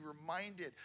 reminded